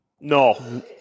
No